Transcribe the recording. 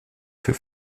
für